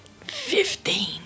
Fifteen